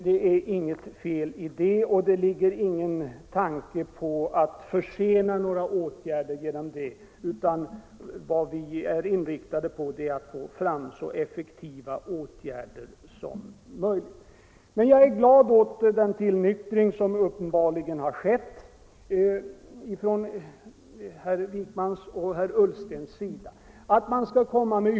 Det är inget fel i det, och det finns ingen tanke på att försena några åtgärder genom detta. Vad vi är inriktade på är att få fram så effektiva åtgärder som möjligt. Jag är glad åt den tillnyktring som uppenbarligen har skett från herr Wijkmans och herr Ullstens sida.